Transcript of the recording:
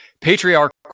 patriarchal